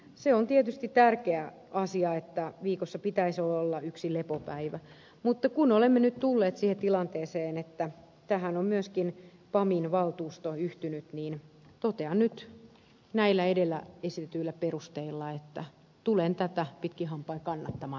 se on tietysti tärkeä asia että viikossa pitäisi olla yksi lepopäivä mutta kun olemme nyt tulleet siihen tilanteeseen että tähän on myöskin pamin valtuusto yhtynyt niin totean nyt näillä edellä esitetyillä perusteilla että tulen tätä esitystä pitkin hampain kannattamaan